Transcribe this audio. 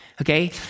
Okay